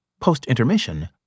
post-intermission